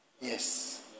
Yes